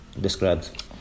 described